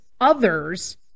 others